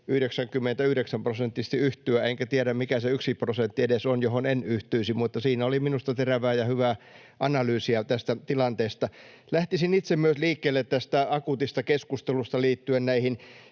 99-prosenttisesti yhtyä — enkä tiedä, mikä se yksi prosentti edes on, johon en yhtyisi. Siinä oli minusta terävää ja hyvää analyysia tästä tilanteesta. Lähtisin itse myös liikkeelle tästä akuutista keskustelusta liittyen